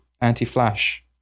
anti-flash